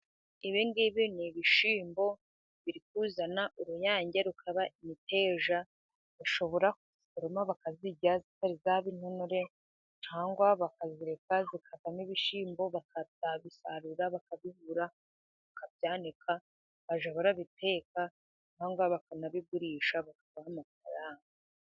Ibingibi ni ibishyimbo biri kuzana urunyange ,rukaba imiteja bashobora gusoroma bakayirya ikazaba intonore, cyangwa bakayireka ikazavamo ibishyimbo, bakabisarura, bakabihura, bakabibika bakajya babiteka, bakanabigurisha bakabona amafaranga.